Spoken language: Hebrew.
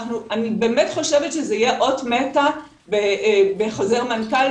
אני באמת חושבת שזה יהיה אות מתה בחוזר מנכ"ל,